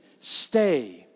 stay